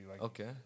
Okay